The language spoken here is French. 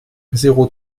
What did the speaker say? zéro